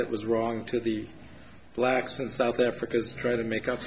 that was wrong to the blacks in south africa is trying to make u